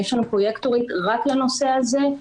יש לנו פרויקטורית רק לנושא הזה.